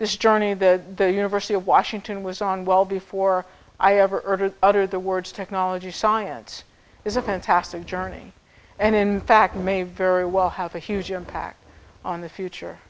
this journey the university of washington was on well before i ever urgent utter the words technology science is a fantastic journey and in fact may very well have a huge impact on the future